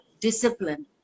discipline